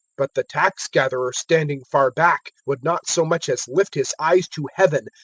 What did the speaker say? but the tax-gatherer, standing far back, would not so much as lift his eyes to heaven,